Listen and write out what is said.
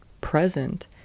present